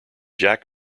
jack